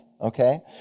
okay